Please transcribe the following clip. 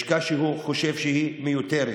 לשכה שהוא חושב שהיא מיותרת,